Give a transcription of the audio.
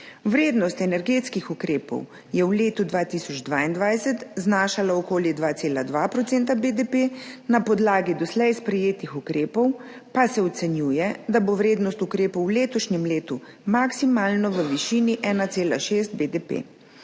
Vrednost energetskih ukrepov je v letu 2022 znašala okoli 2,2 % BDP, na podlagi doslej sprejetih ukrepov pa se ocenjuje, da bo vrednost ukrepov v letošnjem letu maksimalno v višini 1,6 BDP.